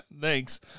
Thanks